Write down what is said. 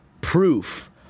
proof